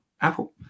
Apple